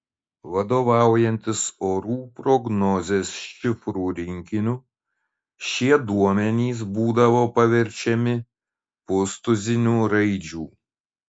vadovaujantis orų prognozės šifrų rinkiniu šie duomenys būdavo paverčiami pustuziniu raidžių